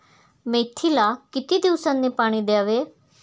मेथीला किती दिवसांनी पाणी द्यावे?